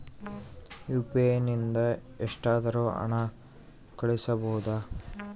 UPI ನಿಂದ ಎಷ್ಟಾದರೂ ಹಣ ಕಳಿಸಬಹುದಾ?